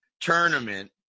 tournament